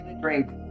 Drink